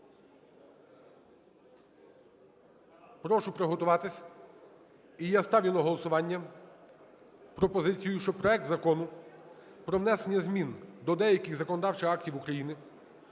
Прошу приготуватись. І я ставлю на голосування пропозицію, щоб проект Закону про внесення змін до деяких законодавчих актів України